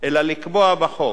אלא לקבוע בחוק